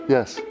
Yes